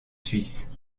suisse